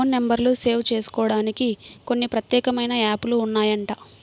phone నెంబర్లు save జేసుకోడానికి కొన్ని ప్రత్యేకమైన యాప్ లు ఉన్నాయంట